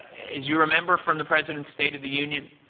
as you remember from the president's state of the union,